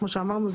כמו שאמרנו,